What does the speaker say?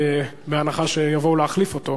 בהנחה שיבואו להחליף אותו.